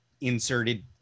inserted